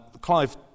Clive